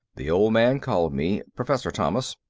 the old man called me. professor thomas.